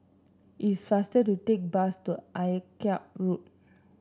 it's faster to take the bus to Akyab Road